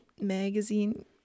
Magazine